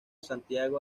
santiago